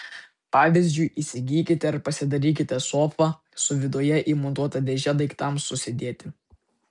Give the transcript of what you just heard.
pavyzdžiui įsigykite ar pasidarykite sofą su viduje įmontuota dėže daiktams susidėti